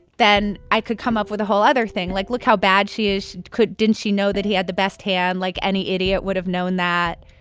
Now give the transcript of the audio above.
then i could come up with a whole other thing, like look how bad she is. could didn't she know that he had the best hand? like, any idiot would have known that,